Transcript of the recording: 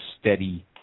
steady